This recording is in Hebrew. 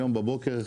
היום בבוקר,